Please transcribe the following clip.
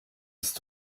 ist